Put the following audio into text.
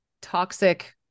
toxic